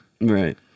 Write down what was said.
right